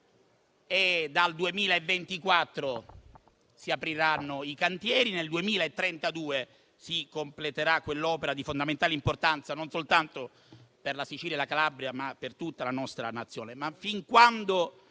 e dal 2024 si apriranno i cantieri, nel 2032 si completerà quell'opera di fondamentale importanza non soltanto per la Sicilia e la Calabria, ma per tutta la nostra Nazione.